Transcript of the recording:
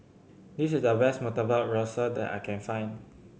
this is the best Murtabak Rusa that I can find